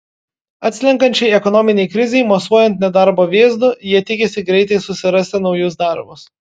atslenkančiai ekonominei krizei mosuojant nedarbo vėzdu jie tikisi greitai susirasti naujus darbus